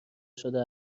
شده